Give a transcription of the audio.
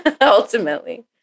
ultimately